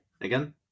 Again